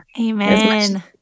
Amen